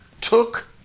Took